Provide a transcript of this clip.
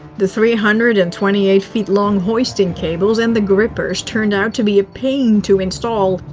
the three hundred and twenty eight-feet long hoisting cables and the grippers turned out to be a pain to install.